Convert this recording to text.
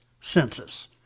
census